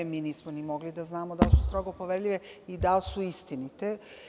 Mi nismo ni mogli da znamo da su strogo poverljive i da li su istinite.